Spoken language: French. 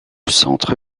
centre